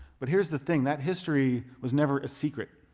but here's the thing, that history was never a secret.